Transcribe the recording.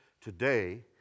today